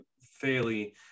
fairly